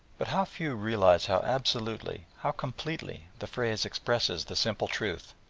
but how few realise how absolutely, how completely the phrase expresses the simple truth!